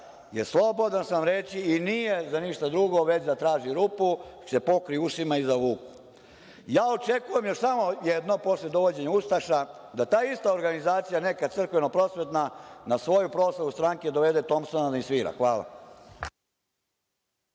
leđa, slobodan sam reći, i nije za ništa drugo, već da traži rupu, da se pokrije ušima i zavuku. Ja očekujem samo jedno posle dovođenja ustaša, da ta ista organizacija neka crkveno-prosvetna na svoju proslavu stranke dovede Tomsona da im svira. Hvala.